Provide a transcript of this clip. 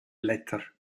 blätter